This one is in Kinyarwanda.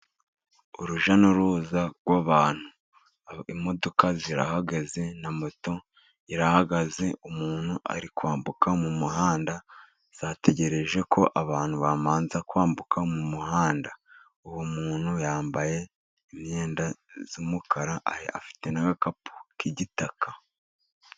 Urujya n'uruza rw'abantu. Imodoka zirahagaze na moto zirahagaze. Umuntu ari kwambuka mu muhanda zategereje ko abantu babanza kwambuka mu muhanda. Uwo muntu yambaye imyenda y'umukara ari afite n'agakapu k'igitaka.